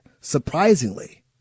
surprisingly